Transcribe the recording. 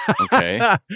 Okay